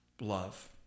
love